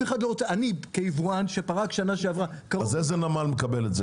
אני כיבואן שפרק שנה שעברה- -- אז איזה נמל מקבל את זה?